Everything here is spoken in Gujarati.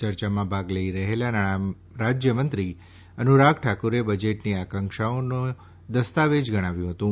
ચર્ચામાં ભાગ લઈ રહેલા નાણાં રાજ્ય મંત્રી અનુરાગ ઠાકુરે બજેટને આકાંક્ષાઓનો દસ્તાવેજ ગણાવ્યું હતું